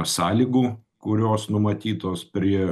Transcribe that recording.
sąlygų kurios numatytos prie